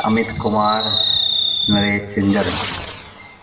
Amit Kumar Naresh Shinder